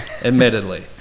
admittedly